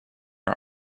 are